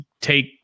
take